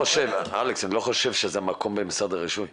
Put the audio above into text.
אלכס, אני לא חושב שהמקום זה משרד הרישוי.